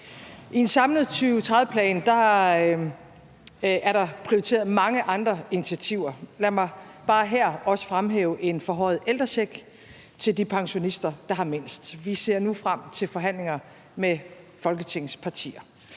I en samlet 2030-plan er der prioriteret mange andre initiativer. Lad mig bare her også fremhæve en forhøjet ældrecheck til de pensionister, der har mindst. Vi ser nu frem til forhandlinger med Folketingets partier.